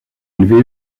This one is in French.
élevée